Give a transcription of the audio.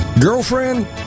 Girlfriend